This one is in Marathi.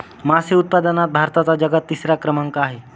मासे उत्पादनात भारताचा जगात तिसरा क्रमांक आहे